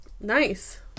Nice